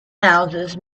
houses